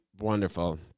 wonderful